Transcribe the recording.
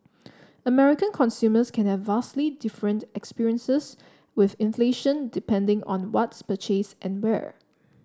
American consumers can have vastly different experiences with inflation depending on what's purchased and where